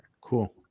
Cool